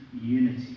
unity